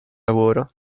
lavoro